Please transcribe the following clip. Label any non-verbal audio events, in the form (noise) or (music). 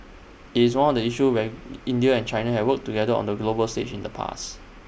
IT is one of the issues where (hesitation) India and China have worked together on the global stage in the past